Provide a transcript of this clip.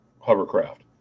hovercraft